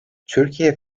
türkiye